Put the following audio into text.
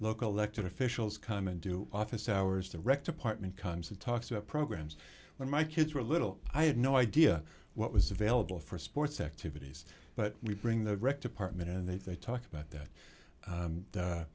local elected officials come and do office hours direct apartment comes and talks about programs when my kids were little i had no idea what was available for sports activities but we bring the wrecked apartment and they talked about that